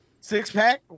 six-pack